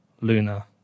Luna